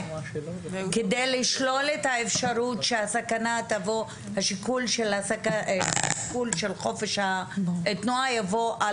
כדי לשלול את האפשרות שהשיקול של חופש התנועה יבוא על